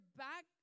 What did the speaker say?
back